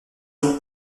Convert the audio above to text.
doute